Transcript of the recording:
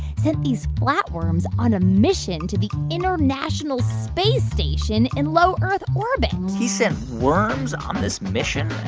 sent these flatworms on a mission to the international space station in low earth orbit he sent worms on this mission?